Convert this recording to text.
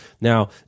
Now